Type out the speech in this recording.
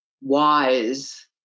wise